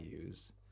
use